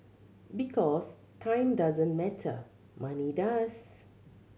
because time doesn't matter money does